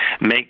make